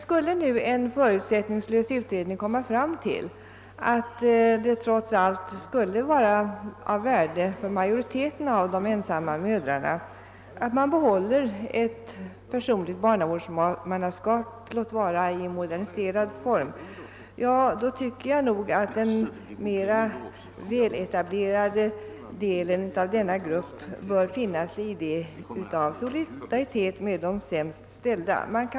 Skulle nu en förutsättningslös utredning komma fram till att det trots allt skulle vara av värde för majoriteten av de ensamma mödrarna att man behåller ett personligt barnavårdsmannaskap, låt vara i en moderniserad form, bör nog den mera väletablerade delen av denna grupp av solidaritet med de sämst ställda finna sig däri.